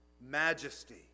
majesty